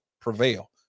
prevail